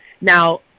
now